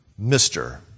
Mr